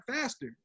faster